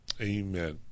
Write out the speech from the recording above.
Amen